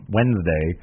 Wednesday